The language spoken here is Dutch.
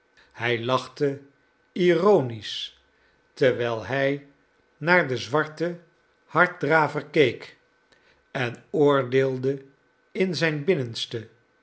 hij lachte ironisich terwijl hij naar den zwarten harddraver keek en oordeelde in zijn binnenste